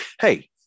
Hey